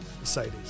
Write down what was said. Mercedes